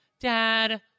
Dad